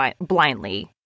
blindly